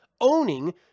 owning